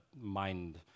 mind